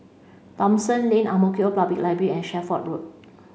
Thomson Lane Ang Mo Kio Public Library and Shelford Road